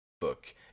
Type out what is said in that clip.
book